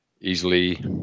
easily